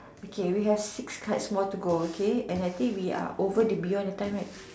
okay we have six cards more to go okay and I think we are over beyond the time right